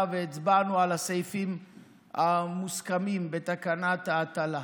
והצבענו על הסעיפים המוסכמים בתקנת ההטלה.